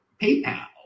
PayPal